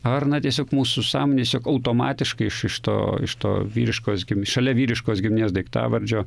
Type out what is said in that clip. ar na tiesiog mūsų sąmonėj siog automatiškai iš iš to iš to vyriškos gim šalia vyriškos giminės daiktavardžio